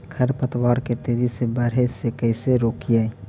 खर पतवार के तेजी से बढ़े से कैसे रोकिअइ?